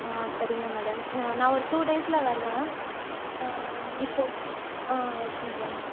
ஆ சரிங்க மேடம் நான் ஒரு டூ டேஸ்சில் வருவேன் இப்போது ஆ எஸ் மேடம்